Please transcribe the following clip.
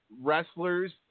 wrestlers